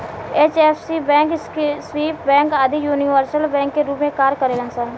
HFC bank, Swiss bank आदि universal bank के रूप में कार्य करेलन सन